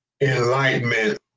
enlightenment